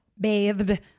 bathed